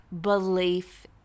belief